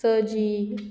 सजी